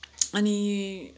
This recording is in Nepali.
अनि